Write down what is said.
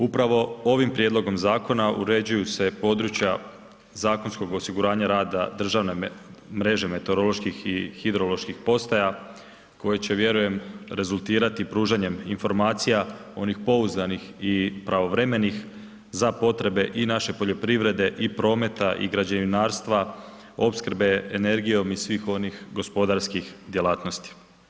Upravo ovim prijedlogom zakona uređuju se područja zakonskog osiguranja rada državne mreže meteoroloških i hidroloških postaja koje će vjerujem rezultirati pružanjem informacija onih pouzdanih i pravovremenih za potrebe i naše poljoprivrede i prometa i građevinarstva opskrbe energijom i svih onih gospodarskih djelatnosti.